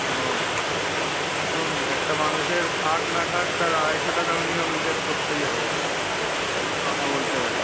ও এখন একটা মানুষে খাক না খাক তার আড়াইশো টাকা মিনিমাম রিচার্জ করতেই হবে কথা বলতে গেলে